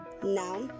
Now